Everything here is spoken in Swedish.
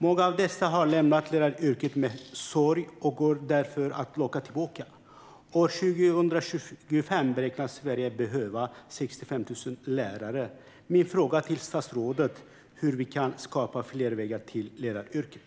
Många av dessa har lämnat läraryrket med sorg och går därför att locka tillbaka. År 2025 beräknas Sverige behöva 65 000 lärare. Min fråga till statsrådet är hur vi kan skapa fler vägar till läraryrket.